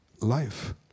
life